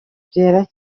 byera